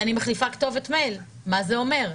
מחליפה כתובת מייל מה זה אומר?